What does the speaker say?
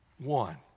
One